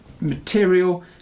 material